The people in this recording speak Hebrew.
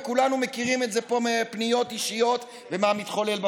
וכולנו מכירים את זה פה מפניות אישיות וממה שמתחולל בוועדות,